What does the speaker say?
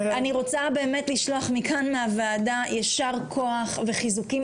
אני רוצה באמת לשלוח מהוועדה יישר כוח וחיזוקים